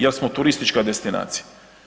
Jer smo turistička destinacija.